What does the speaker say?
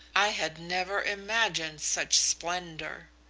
i had never imagined such splendour.